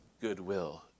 goodwill